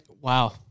Wow